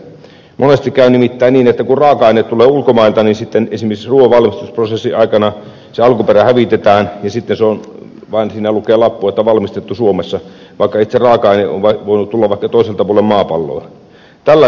monesti käy nimittäin niin että kun raaka aineet tulevat ulkomailta niin sitten esimerkiksi ruuan valmistusprosessin aikana se alkuperä hävitetään ja sitten siinä vain on lappu että valmistettu suomessa vaikka itse raaka aine on voinut tulla vaikka toiselta puolen maapalloa